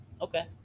Okay